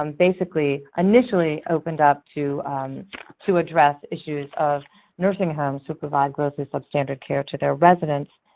um basically initially opened up to to address issues of nursing homes who provide gross or substandard care to their residents,